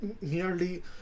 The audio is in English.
nearly